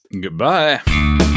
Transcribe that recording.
Goodbye